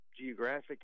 geographic